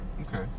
Okay